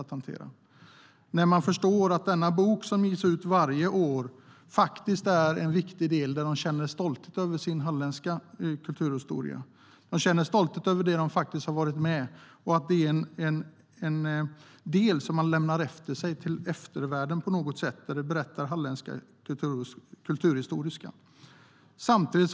Det är lätt när man förstår att denna bok, som ges ut varje år, faktiskt är en viktig del där människor känner stolthet över sin halländska kulturhistoria. De känner stolthet över vad de har varit med om och att de lämnar efter sig en berättelse om Hallands kulturhistoria till eftervärlden.